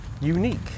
unique